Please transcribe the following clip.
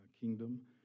kingdom